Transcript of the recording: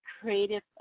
creative